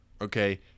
Okay